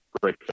great